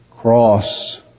Cross